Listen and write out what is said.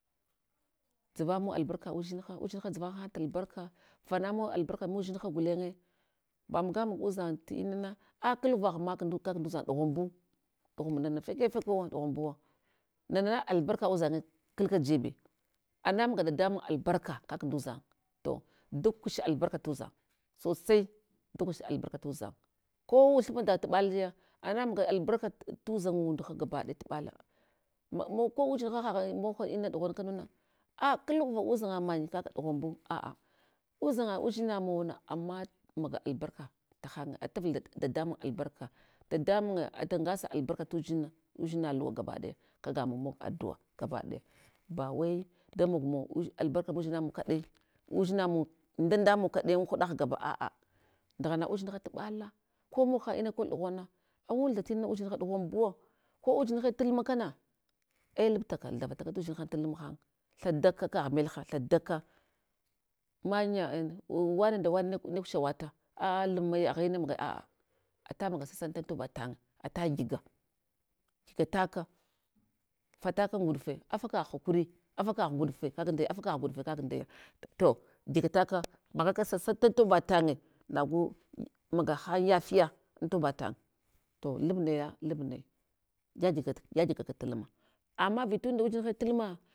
Ɗzava mawa albarka uzdinha, uzdinha dzavahan tal barka fana mawa albarka mudzinha gulenye, ba maga maga udzang tinana, a klughvagh mak ndutak nduzan ɗughunbu, ɗughum nana feke fekewa ɗughumbuwa, nana na albarka udzange kalka jebe, ana maga dadamun albarka kak nduzang, to dagush albarka tuzang sosai dagush albarka tuzang sosai dagush albarka tuzang ko thuma da wa tuɓaliya ana maga albarka tu dzan'ngun da gabadaya tuɓala, ma ma ko uzdinhaha ghe memkwa ina ɗughamu kanuna a klughiva uzdanga manye kaka, dughanbu a'a uzanga udzina mawna ama maga albarka tahange atavla dadamun albarka dadamunye ata ngusa albarka tudzin udzina huva gabadaya kaga maw mog adua gabadaya. Bawai damog mawa udz albarka ndudzina mawa kaɗai, udzinamun nda ndamun kaɗai huɗa ghgaba a'a ndaghna udzinaha luɓala, ko moghan ina kol dughana, awan thatina uzdinha dughanbuwo, ko uzdinhe tul ma kana ei luptaka ihavata ka tudzinhana tulmahem, thadaka kagh melha, thadaka, manya, en wane da wane ne gushawata a'a lumaya agha ina magai a'a ata maga sasantan toba tahan tan ataghiya. Gyitagataka, vataka nguɗfe, afakagh hakuri afakah nduɗfe kak ndaya, afakah nguɗfe akak ndaya. To gyigataka aghaka sasantan toba tange, nagu maga han yafiya, antoba tang. To lab naya lab naya, gyagigaka gyagigaka tal ma. Ama vitanda udzinhe tal ma.